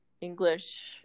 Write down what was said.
English